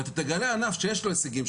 ואתה תגלה ענף שיש לו הישגים,